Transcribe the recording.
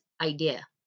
idea